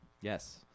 yes